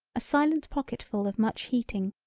a silent pocketful of much heating,